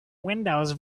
windows